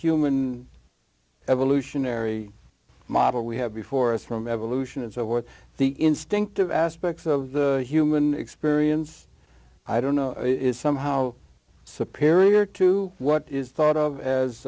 human evolutionary model we have before us from evolution and so forth the instinctive aspects of the human experience i don't know is somehow superior to what is thought of